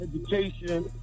Education